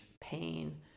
pain